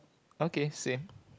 okay same